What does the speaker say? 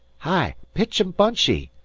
hi! pitch em bunchy,